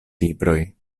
libroj